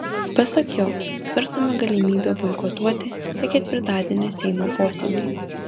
pasak jo svarstoma galimybė boikotuoti ir ketvirtadienio seimo posėdį